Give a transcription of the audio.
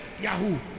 Yahoo